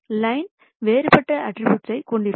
line வேறுபட்ட attributes கொண்டிருக்கும்